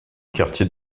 quartier